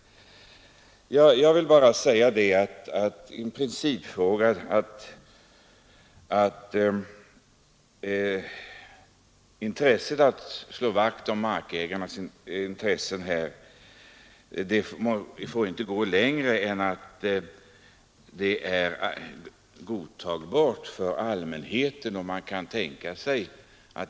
I principfrågan vill jag bara säga att viljan att slå vakt om markägarnas intressen inte får sträcka sig längre än vad som är godtagbart för allmänheten.